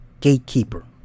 gatekeeper